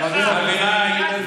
חבר הכנסת מיקי לוי,